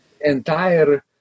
entire